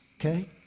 okay